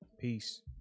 Peace